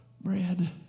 bread